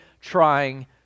trying